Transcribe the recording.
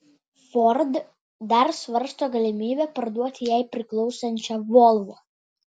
ford dar svarsto galimybę parduoti jai priklausančią volvo